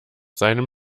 seinem